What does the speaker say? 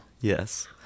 Yes